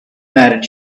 married